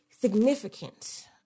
significant